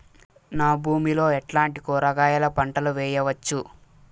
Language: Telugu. నా భూమి లో ఎట్లాంటి కూరగాయల పంటలు వేయవచ్చు?